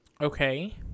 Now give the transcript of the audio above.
Okay